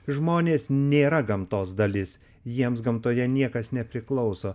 žmonės nėra gamtos dalis jiems gamtoje niekas nepriklauso